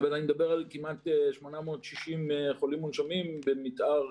זאת אומרת שאני מדבר על כמעט 860 חולים מונשמים במתאר